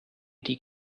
die